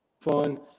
fun